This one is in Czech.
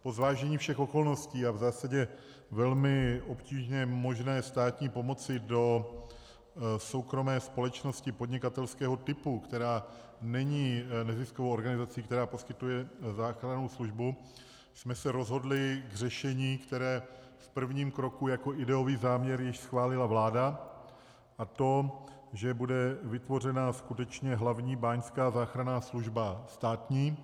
Po zvážení všech okolností a v zásadě velmi obtížně možné státní pomoci do soukromé společnosti podnikatelského typu, která není neziskovou organizací, která poskytuje záchrannou službu, jsme se rozhodli pro řešení, které v prvním kroku jako ideový záměr již schválila vláda, a to že bude vytvořena skutečně Hlavní báňská záchranná služba státní.